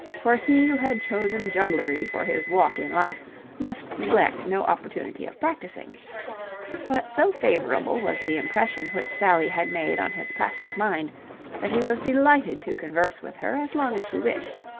for he who had chosen jugglery for his walk in life must neglect no opportunity of practising but so favourable was the impression which sally had made on his plastic mind that he was delighted to converse with her as long as she wished.